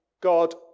God